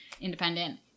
independent